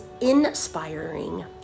inspiring